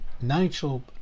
Nigel